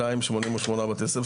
288 בתי ספר,